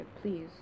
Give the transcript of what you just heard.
please